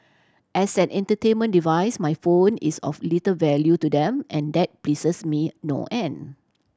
as an entertainment device my phone is of little value to them and that pleases me no end